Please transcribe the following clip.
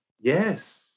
Yes